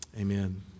amen